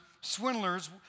swindlers